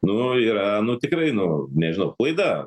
nu yra nu tikrai nu nežinau klaida